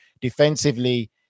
defensively